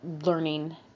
learning